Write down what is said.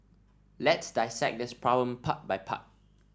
let's dissect this problem part by part